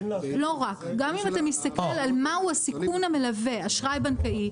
גם אם אתה מסתכל על מהו הסיכון המלווה אשראי בנקאי,